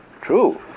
True